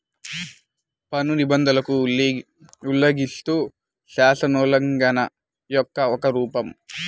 పన్ను నిబంధనలను ఉల్లంఘిస్తే, శాసనోల్లంఘన యొక్క ఒక రూపం